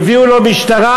הביאו לו משטרה,